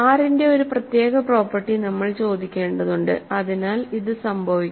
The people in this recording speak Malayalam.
R ന്റെ ഒരു പ്രത്യേക പ്രോപ്പർട്ടി നമ്മൾ ചോദിക്കേണ്ടതുണ്ട് അതിനാൽ ഇത് സംഭവിക്കണം